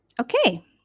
okay